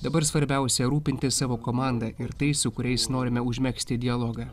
dabar svarbiausia rūpintis savo komanda ir tais su kuriais norime užmegzti dialogą